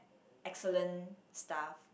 excellent stuff